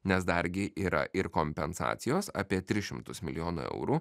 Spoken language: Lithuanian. nes dargi yra ir kompensacijos apie tris šimtus milijonų eurų